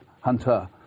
hunter